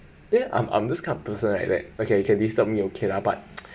then I'm I'm those kind of person right like okay you can disturb me okay lah but